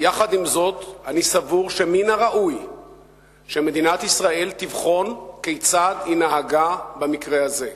ועם זאת אני סבור שמן הראוי שמדינת ישראל תבחן כיצד היא נהגה במקרה הזה.